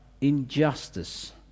injustice